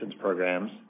programs